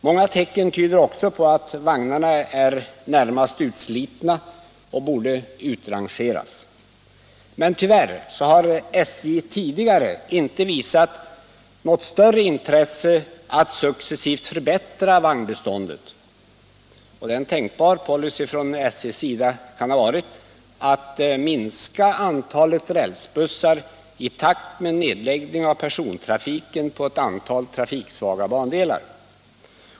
Många tecken tyder också på att vagnarna är närmast utslitna och borde utrangeras. Tyvärr har emellertid SJ tidigare inte visat något större intresse av att successivt förbättra vagnbeståndet. En tänkbar policy från SJ:s sida hade varit att minska antalet rälsbussar i takt med nedläggning av persontrafiken på ett antal trafiksvaga bandelar.